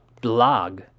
blog